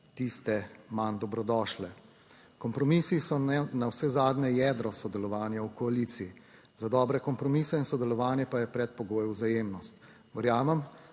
tiste manj dobrodošle. Kompromisi so navsezadnje jedro sodelovanja v koaliciji. Za dobre kompromise in sodelovanje pa je predpogoj vzajemnost. Verjamem,